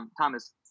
Thomas